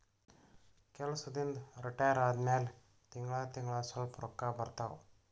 ಕೆಲ್ಸದಿಂದ್ retire ಆದಮ್ಯಾಲ ತಿಂಗಳಾ ತಿಂಗಳಾ ಸ್ವಲ್ಪ ರೊಕ್ಕಾ ಬರ್ತಾವ